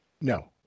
No